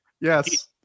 Yes